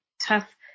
tough